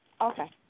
Okay